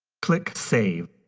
click save.